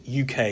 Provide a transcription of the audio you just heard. UK